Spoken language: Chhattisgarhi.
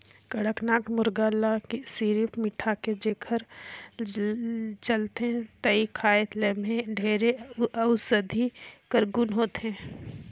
कड़कनाथ मुरगा ल सिरिफ मिठाथे तेखर चलते नइ खाएं एम्हे ढेरे अउसधी कर गुन होथे